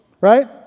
right